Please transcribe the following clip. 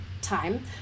time